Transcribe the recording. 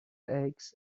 eggs